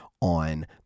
on